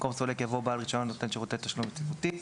במקום "סולק" יבוא "בעל רישיון נותן שירותי תשלום יציבותי".